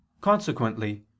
Consequently